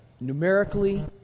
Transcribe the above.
numerically